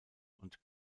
und